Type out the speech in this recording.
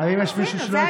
האם יש מישהו שלא הצביע?